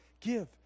give